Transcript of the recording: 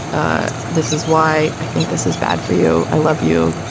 ah this is why i think this is bad for you. i love you.